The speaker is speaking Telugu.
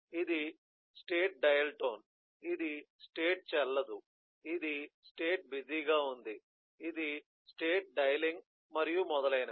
ఇది స్టేట్ డయల్ టోన్ ఇది స్టేట్ చెల్లదు ఇది స్టేట్ బిజీగా ఉంది ఇది స్టేట్ డయలింగ్ మరియు మొదలైనవి